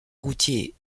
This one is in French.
routier